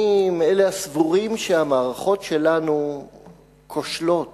אני מאלה הסבורים שהמערכות שלנו כושלות